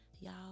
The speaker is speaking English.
Y'all